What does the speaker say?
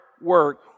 work